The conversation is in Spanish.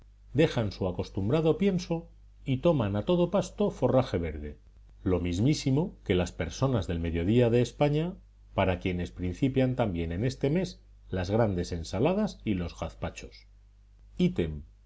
dejan su acostumbrado pienso y toman a todo pasto forraje verde lo mismísimo que las personas del mediodía de españa para quienes principian también en este mes las grandes ensaladas y los gazpachos ítem